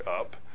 up